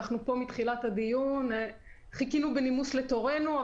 אבל אנחנו פה מתחילת הדיון וחיכינו בנימוס לתורנו.